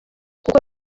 kuko